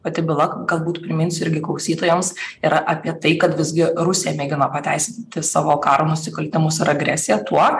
pati byla galbūt primins irgi klausytojams yra apie tai kad visgi rusija mėgino pateisinti savo karo nusikaltimus ir agresiją tuo